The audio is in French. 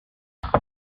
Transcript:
eric